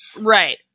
Right